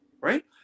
right